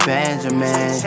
Benjamin